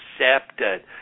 accepted